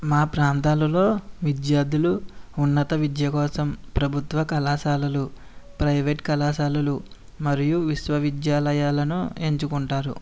మా ప్రాంతాలలో విద్యార్థులు ఉన్నత విద్య కోసం ప్రభుత్వ కళాశాలలు ప్రైవేట్ కళాశాలలు మరియు విశ్వవిద్యాలయాలను ఎంచుకుంటారు